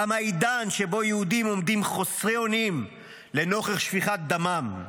תם העידן שבו יהודים עומדים חסרי אונים לנוכח שפיכת דמם.